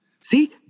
See